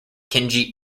kenji